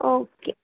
okay